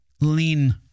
lean